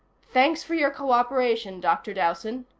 thanks for your cooperation, dr. dowson,